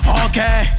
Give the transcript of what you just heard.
okay